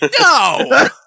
No